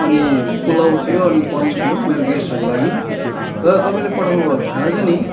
अनि पुलाउ थियो अनि पनिर थियो मेरो गेस्टहरूको लागि तर तपाईँले पठाउनुभएको खाना चाहिँ नि